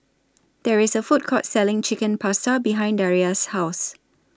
There IS A Food Court Selling Chicken Pasta behind Daria's House